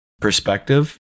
perspective